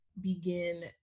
begin